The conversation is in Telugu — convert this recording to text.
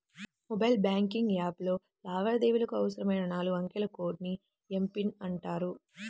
మొబైల్ బ్యాంకింగ్ యాప్లో లావాదేవీలకు అవసరమైన నాలుగు అంకెల కోడ్ ని ఎమ్.పిన్ అంటారు